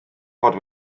fod